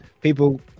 people